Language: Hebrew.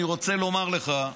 אני רוצה לומר לך,